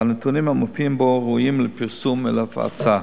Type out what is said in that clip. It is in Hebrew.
והנתונים המופיעים בו ראויים לפרסום ולהפצה.